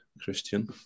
Christian